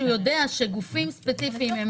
שהוא יודע שגופים ספציפיים מאריכים